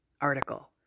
article